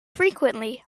frequently